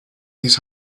these